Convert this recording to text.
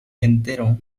entero